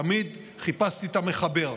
תמיד חיפשתי את המחבר.